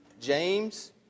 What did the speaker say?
James